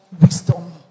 wisdom